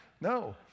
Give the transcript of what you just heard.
No